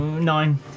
Nine